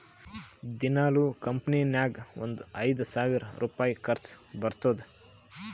ದಿನಾಲೂ ಕಂಪನಿ ನಾಗ್ ಒಂದ್ ಐಯ್ದ ಸಾವಿರ್ ರುಪಾಯಿ ಖರ್ಚಾ ಬರ್ತುದ್